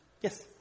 Yes